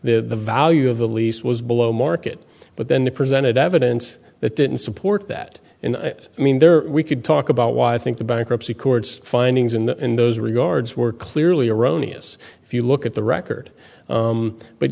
that the value of the lease was below market but then they presented evidence that didn't support that and i mean there we could talk about why i think the bankruptcy courts findings in that in those regards were clearly erroneous if you look at the record